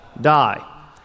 Die